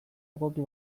egoki